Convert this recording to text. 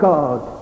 God